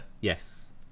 yes